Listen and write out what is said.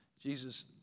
Jesus